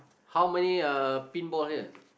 how many uh pinball here